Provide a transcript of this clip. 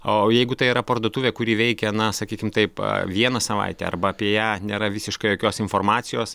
o jeigu tai yra parduotuvė kuri veikia na sakykim taip vieną savaitę arba apie ją nėra visiškai jokios informacijos